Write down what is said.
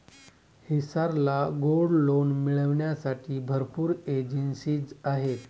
हिसार ला gold loan मिळविण्यासाठी भरपूर एजेंसीज आहेत